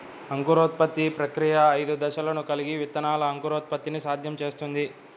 అంకురోత్పత్తి ప్రక్రియ ఐదు దశలను కలిగి విత్తనాల అంకురోత్పత్తిని సాధ్యం చేస్తుంది